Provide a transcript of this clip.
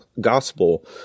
gospel